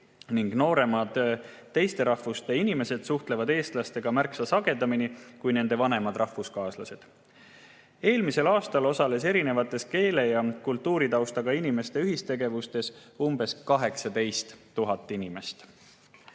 nooremad teisest rahvusest inimesed suhtlevad eestlastega märksa sagedamini kui nende vanemad rahvuskaaslased. Eelmisel aastal osales erineva keele‑ ja kultuuritaustaga inimeste ühistegevustes umbes 18 000 inimest.